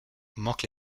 manque